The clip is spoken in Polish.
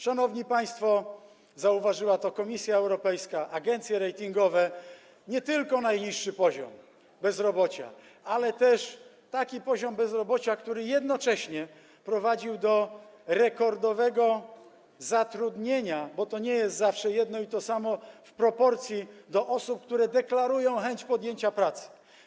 Szanowni państwo, zauważyła to Komisja Europejska, zauważyły to agencje ratingowe, i to nie tylko najniższy poziom bezrobocia, ale też taki poziom bezrobocia, który jednocześnie prowadził do rekordowego zatrudnienia, bo to nie jest zawsze jedno i to samo w proporcji do osób, które deklarują chęć podjęcia pracy.